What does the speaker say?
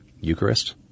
Eucharist